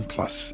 Plus